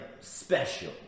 special